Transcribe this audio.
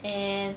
and